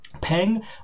peng